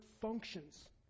functions